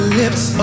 lips